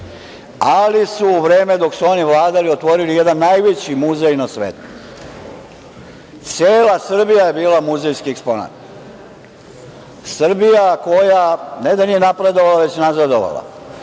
ali su u vreme dok su oni vladali otvorili jedan najveći muzej na svetu – cela Srbija je bila muzejski eksponat. Srbija koja, ne da nije napredovala, već nazadovala,